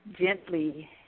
gently